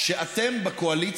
אני מבין שאתם מנסים בקואליציה